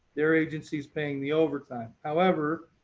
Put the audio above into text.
their agency is paying the over time. however,